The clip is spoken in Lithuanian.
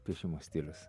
piešimo stilius